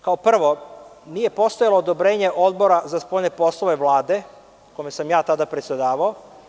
Kao prvo, nije postojalo odobrenje Odbora za spoljne poslove Vlade u kome sam ja tada predsedavao.